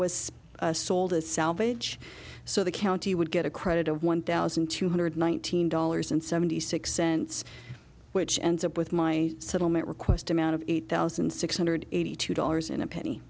was sold as salvage so the county would get a credit of one thousand two hundred nineteen dollars and seventy six cents which ends up with my settlement request amount of eight thousand six hundred eighty two dollars in a penny